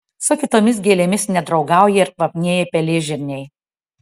su kitomis gėlėmis nedraugauja ir kvapnieji pelėžirniai